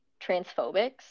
transphobics